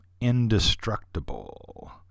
Indestructible